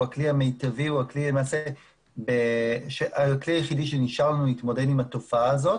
הכלי המיטבי או למעשה הכלי היחידי שנשאר לנו להתמודד עם התופעה הזאת